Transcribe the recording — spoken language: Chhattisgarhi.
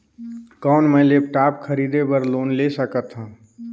कौन मैं लेपटॉप खरीदे बर लोन ले सकथव?